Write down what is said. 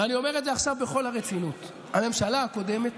ואני אומר את זה עכשיו בכל הרצינות הממשלה הקודמת